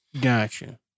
Gotcha